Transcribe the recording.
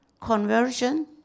conversion